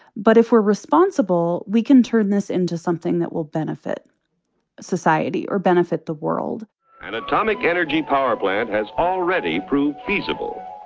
but if we're responsible, we can turn this into something that will benefit society or benefit the world an atomic energy power plant has already proved feasible.